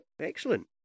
excellent